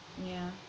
yeah